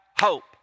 hope